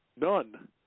None